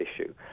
issue